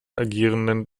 agierenden